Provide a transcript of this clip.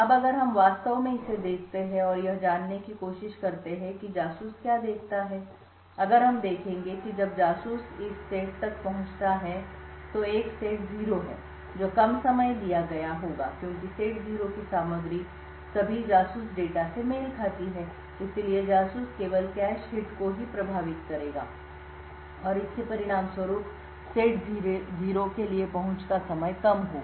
अब अगर हम वास्तव में इसे देखते हैं और यह जानने की कोशिश करते हैं कि जासूस क्या देखता है अगर हम देखेंगे कि जब जासूस इस सेट तक पहुँचता है तो एक सेट 0 है जो कम समय लिया गया होगा क्योंकि सेट 0 की सामग्री सभी जासूस डेटा से मेल खाती है इसलिए जासूस केवल कैश हिट को ही प्रभावित करेगा और इसके परिणामस्वरूप सेट 0 के लिए पहुंच का समय कम होगा